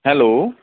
hello